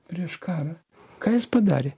prieš karą ką jis padarė